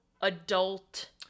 adult